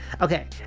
Okay